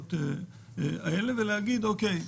המגבלות האלו ולהגיד, אוקי,